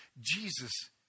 Jesus